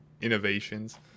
innovations